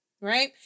right